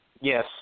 Yes